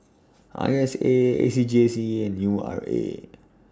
I S A A C J C and U R A